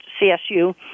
CSU